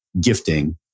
gifting